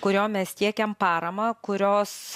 kuriom mes tiekiam paramą kurios